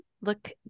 look